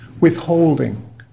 withholding